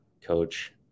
coach